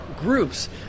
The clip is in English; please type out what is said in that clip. groups